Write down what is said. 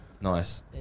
Nice